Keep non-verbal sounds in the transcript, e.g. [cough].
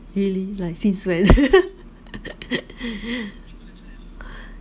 really like since when [laughs]